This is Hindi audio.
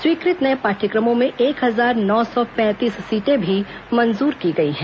स्वीकृत नये पाठ्यक्रमों में एक हजार नौ सौ पैंतीस सीटें भी मंजूर की गई हैं